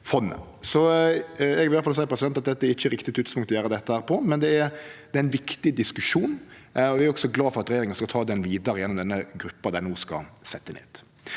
iallfall seie at dette ikkje er riktig tidspunkt å gjere dette på, men det er ein viktig diskusjon. Eg er også glad for at regjeringa skal ta diskusjonen vidare gjennom denne gruppa dei no skal setje ned.